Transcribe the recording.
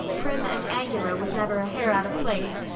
prim and angular with never a hair out of place,